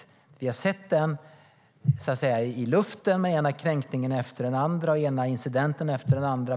I luften har det varit den ena kränkningen efter den andra och den enda incidenten efter den andra.